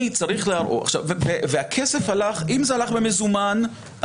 אם הכסף הוא במזומן,